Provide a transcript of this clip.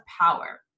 power